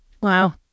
Wow